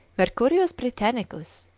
mercurius britannicus,